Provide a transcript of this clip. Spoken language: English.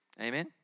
Amen